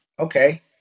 okay